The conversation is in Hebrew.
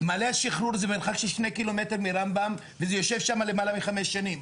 מעלה השחרור זה מרחק של 2 ק"מ מרמב"ם וזה יושב שם למעלה מ-5 שנים.